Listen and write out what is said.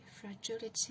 fragility